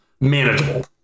manageable